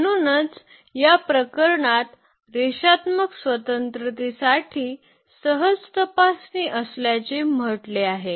म्हणूनच या प्रकरणात रेषात्मक स्वतंत्रतेसाठी सहज तपासणी असल्याचे म्हटले आहे